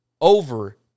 over